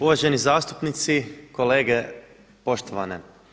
Uvaženi zastupnici, kolege poštovane.